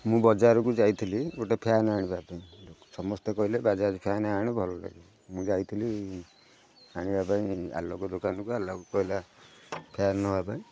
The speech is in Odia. ମୁଁ ବଜାରକୁ ଯାଇଥିଲି ଗୋଟେ ଫ୍ୟାନ୍ ଆଣିବା ପାଇଁ ସମସ୍ତେ କହିଲେ ବାଜାଜ୍ ଫ୍ୟାନ୍ ଆଣେ ଭଲ ଲାଗିବ ମୁଁ ଯାଇଥିଲି ଆଣିବା ପାଇଁ ଆଲୋକ ଦୋକାନକୁ ଆଲୋକ କହିଲା ଫ୍ୟାନ୍ ନେବା ପାଇଁ